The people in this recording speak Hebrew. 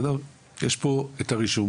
יש פה את הרישום.